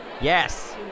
yes